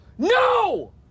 No